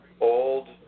old